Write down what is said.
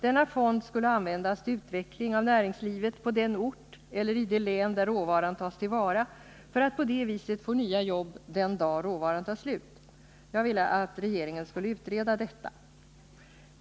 Denna fond skulle användas till utveckling av näringslivet på den ort eller i det län, där råvaran tas till vara, för att man på det viset skall få nya jobb den dag råvaran tar slut. Jag ville att regeringen skulle utreda detta.